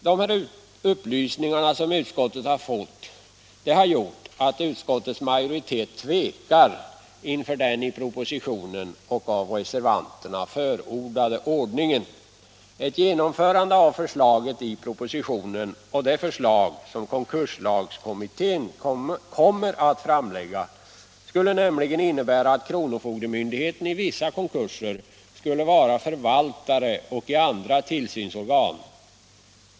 De upplysningar som utskottet fått har gjort att utskottets majoritet tvekar inför den i propositionen och av reservanterna förordade ordningen. Ett genomförande av förslaget i propositionen och det förslag som konkurslagskommittén kommer att framlägga skulle nämligen innebära att kronofogdemyndighet i vissa konkurser skulle vara förvaltare och i andra tillsynsorgan.